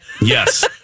Yes